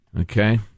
Okay